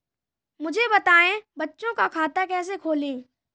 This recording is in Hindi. मुझे बताएँ बच्चों का खाता कैसे खोलें?